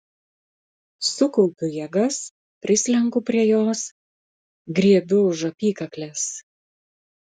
sukaupiu jėgas prislenku prie jos griebiu už apykaklės